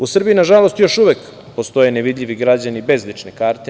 U Srbiji, nažalost, još uvek postoje nevidljivi građani bez lične karte.